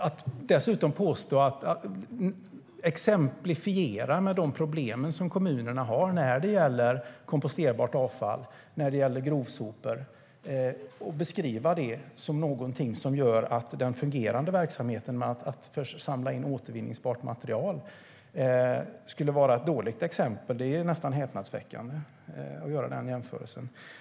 Att dessutom exemplifiera med de problem kommunerna har när det gäller komposterbart avfall och grovsopor, och beskriva det som någonting som gör att den fungerande verksamheten med att samla in återvinningsbart material skulle vara ett dåligt exempel, är ju en nästan häpnadsväckande jämförelse att göra.